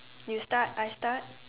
you start I start